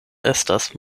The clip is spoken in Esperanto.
estas